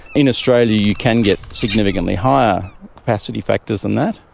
in australia you can get significantly higher capacity factors than that.